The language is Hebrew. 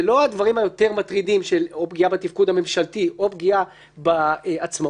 זה לא הדברים היותר מטרידים או פגיעה בתפקוד הממשלתי או פגיעה בעצמאות,